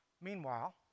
Meanwhile